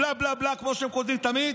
בלה, בלה, בלה, כמו שהם כותבים תמיד.